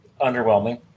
Underwhelming